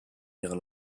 vers